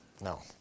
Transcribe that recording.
No